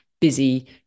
busy